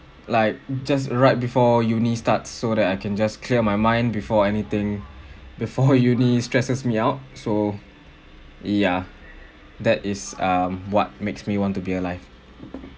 like just right before uni starts so that I can just clear my mind before anything before uni stresses me out so ya that is err what makes me want to be alive